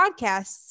podcasts